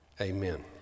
amen